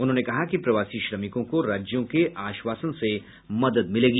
उन्होंने कहा कि प्रवासी श्रमिकों को राज्यों के आश्वासन से मदद मिलेगी